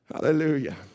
Hallelujah